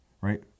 right